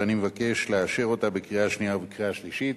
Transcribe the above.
ואני מבקש לאשר אותה בקריאה שנייה ובקריאה שלישית.